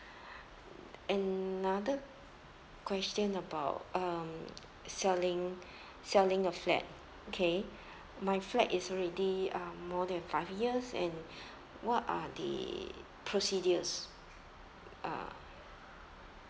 another question about um selling selling a flat okay my flat is already uh more than five years and what are the procedures uh